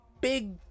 big